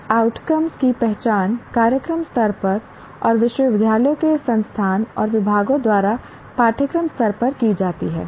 और आउटकम की पहचान कार्यक्रम स्तर और विश्वविद्यालयों के संस्थान और विभागों द्वारा पाठ्यक्रम स्तर पर की जाती है